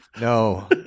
no